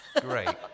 Great